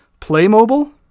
Playmobil